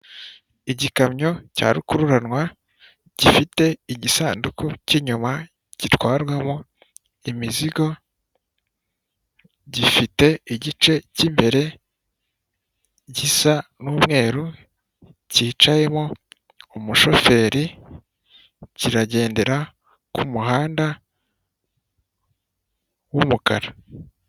Igikamyo cya rukururanwa, gifite igisanduku cy'inyuma gitwarwamo imizigo, gifite igice cy'imbere gisa n'umweru, cyicayemo umushoferi kiragendera ku muhanda w'umukara.